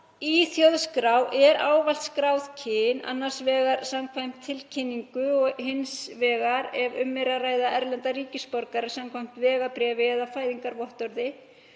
þjóðskrá er ávallt skráð kyn, annars vegar samkvæmt tilkynningu og hins vegar, ef um er að ræða erlenda ríkisborgara, samkvæmt vegabréfi eða fæðingarvottorði.